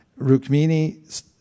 Rukmini